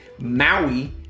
Maui